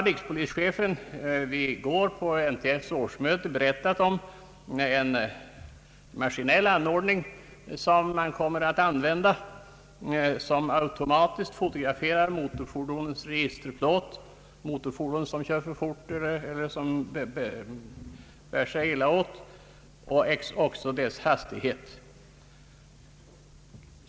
Rikspolischefen berättade i går vid NTF:s årsmöte om en maskinell anordning som man kommer att använda. Den fotograferar automatiskt motorfordonens registerplåt om vederbörande kör för fort eller eljest bär sig illa åt samt mäter hastigheten.